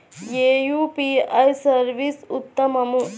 ఏ UPI service ఉత్తమము?